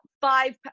five